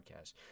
podcast